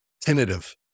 tentative